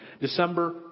December